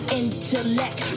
intellect